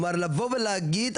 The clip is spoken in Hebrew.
כלומר לבוא ולהגיד,